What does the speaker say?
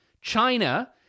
China